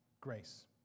grace